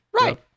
Right